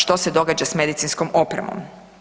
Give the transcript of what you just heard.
Što se događa s medicinskom opremom?